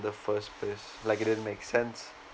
the first place like it didn't make sense